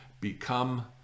become